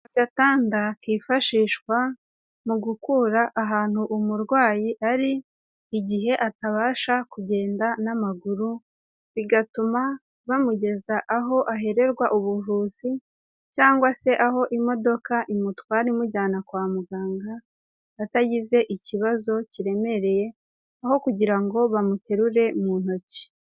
Agatanda kifashishwa mu gukura ahantu umurwayi ari, igihe atabasha kugenda n'amaguru, bigatuma bamugeza aho ahererwa ubuvuzi cyangwa se aho imodoka imutwara imujyana kwa muganga, atagize ikibazo kiremereye, aho kugira ngo bamuterure mu ntoki.